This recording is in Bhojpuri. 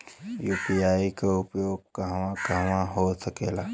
यू.पी.आई के उपयोग कहवा कहवा हो सकेला?